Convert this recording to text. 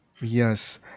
Yes